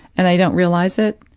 and they don't realize it,